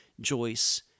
Joyce